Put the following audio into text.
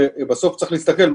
שבסוף צריך להסתכל,